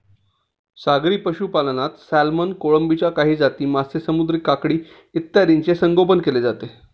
सागरी पशुपालनात सॅल्मन, कोळंबीच्या काही जाती, मासे, समुद्री काकडी इत्यादींचे संगोपन केले जाते